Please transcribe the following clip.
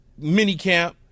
minicamp